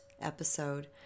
episode